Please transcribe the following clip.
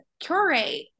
curate